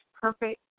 perfect